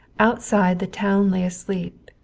outside, the town lay asleep,